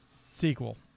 sequel